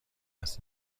است